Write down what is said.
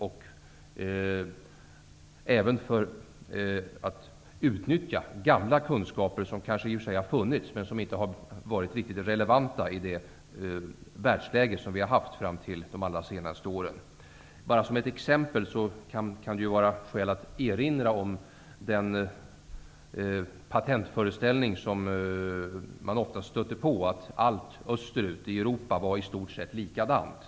Det gäller att även utnyttja gamla kunskaper som kanske i och för sig har funnits men som inte varit riktigt relevanta i det världsläge som vi har haft fram till de allra senaste åren. Som ett exempel kan det finnas skäl att erinra om den patentföreställning man ofta stötte på om att allt österut i Europa i stort sett var likadant.